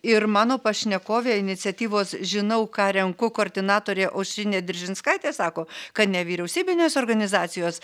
ir mano pašnekovė iniciatyvos žinau ką renku koordinatorė aušrinė diržinskaitė sako kad nevyriausybinės organizacijos